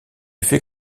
fait